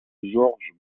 georges